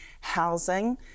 housing